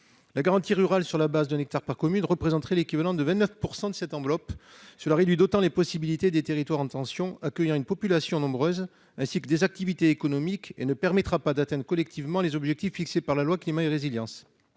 Une garantie rurale définie sur la base d'un hectare par commune représenterait 29 % de cette enveloppe. Cela réduirait d'autant les possibilités des territoires en tension, qui accueillent une population nombreuse, ainsi que des activités économiques, sans permettre d'atteindre collectivement les objectifs fixés par la loi Climat et résilience.